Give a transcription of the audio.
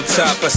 top